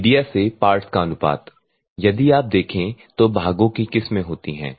media से parts का अनुपात यदि आप देखे तो भागों की किस्में होती हैं